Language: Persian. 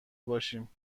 باشیم